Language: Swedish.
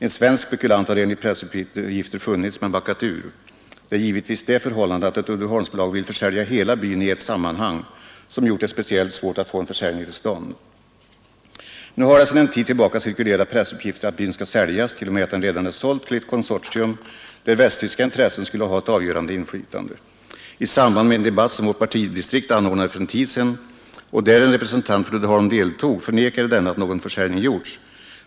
En svensk spekulant har enligt pressuppgifter funnits men backat ur. Det är givetvis det förhållandet att Uddeholmsbolaget vill f a hela byn i ett sammanhang som gjort det speciellt svårt att få en försäljning till stånd. Nu har det sedan en tid tillbaka cirkulerat pressuppgifter att byn skall säljas, t.o.m. att den redan är såld, till ett konsortium där västtyska intressen skulle ha ett avgörande inflytande. I samband med en debatt, som vårt partidistrikt anordnade för en tid sedan och där en representant för Uddeholm deltog, förnekade denne att någon försäljning skett.